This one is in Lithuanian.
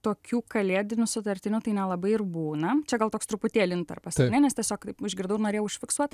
tokių kalėdinių sutartinių tai nelabai ir būna čia gal toks truputėlį intarpas ane nes tiesiog taip išgirdau ir norėjau užfiksuot